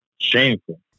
Shameful